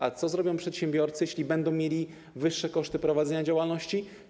A co zrobią przedsiębiorcy, jeśli będą mieli wyższe koszty prowadzenia działalności?